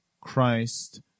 Christ